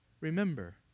remember